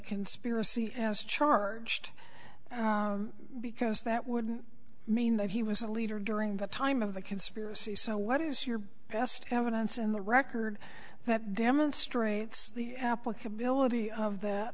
conspiracy as charged because that wouldn't mean that he was a leader during the time of the conspiracy so what is your best evidence in the record that demonstrates the applicability of that